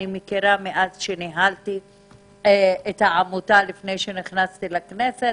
אני מכירה מאז שניהלתי את העמותה לפני שנכנסתי לכנסת,